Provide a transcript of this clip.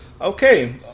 Okay